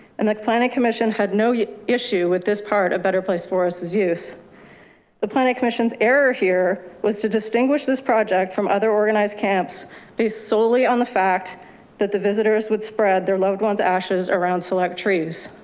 and like the planning commission had no yeah issue with this part. a better place for us is use the planet commission's error here was to distinguish this project from other organized camps based solely on the fact that the visitors would spread their loved one's ashes around select trees.